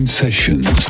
sessions